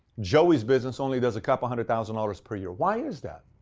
joey's business only does a couple hundred thousand dollars per year. why is that?